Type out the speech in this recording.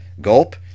gulp